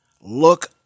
look